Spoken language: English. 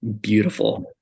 beautiful